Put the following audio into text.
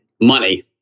Money